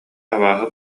абааһы